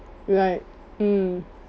right mm